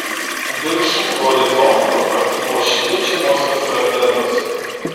viršum horizonto pakibo šviečiamosios raketos